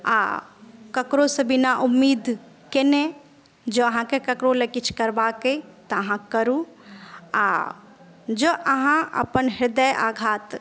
आ ककरोसँ बिना उम्मीद केने जऽ अहाँके केकरो लेल किछु करबाक अहि तऽ अहाँ करूँ आ जऽ अहाँ अपन हृदय आघात